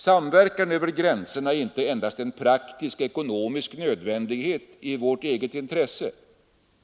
Samverkan över gränserna är inte endast en praktisk-ekonomisk nödvändighet i vårt eget intresse.